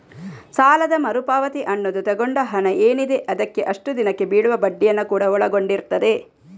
ಸಾಲದ ಮರು ಪಾವತಿ ಅನ್ನುದು ತಗೊಂಡ ಹಣ ಏನಿದೆ ಅದಕ್ಕೆ ಅಷ್ಟು ದಿನಕ್ಕೆ ಬೀಳುವ ಬಡ್ಡಿಯನ್ನ ಕೂಡಾ ಒಳಗೊಂಡಿರ್ತದೆ